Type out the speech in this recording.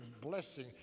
blessing